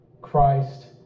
Christ